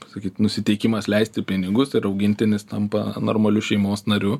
pasakyt nusiteikimas leisti pinigus ir augintinis tampa normaliu šeimos nariu